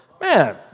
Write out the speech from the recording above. Man